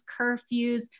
curfews